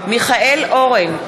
מיכאל אורן,